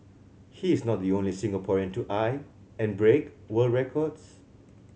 he is not the only Singaporean to eye and break world records